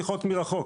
מרחוק,